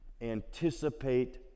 Anticipate